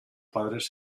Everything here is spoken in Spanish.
padres